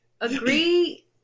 agree